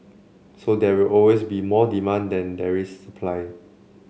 so there will always be more demanded than there is supply